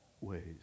ways